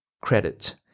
credit